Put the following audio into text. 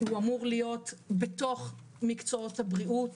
אלא הוא אמור להיות בתוך מקצועות הבריאות,